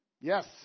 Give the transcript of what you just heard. Yes